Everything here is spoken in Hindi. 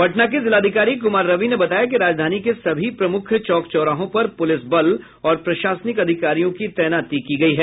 पटना के जिलाधिकारी कुमार रवि ने बताया कि राजधानी के सभी प्रमुख चौक चौराहों पर पूलिस बल और प्रशासनिक अधिकारियों की तैनाती की गयी है